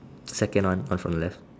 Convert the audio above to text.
second one pass on left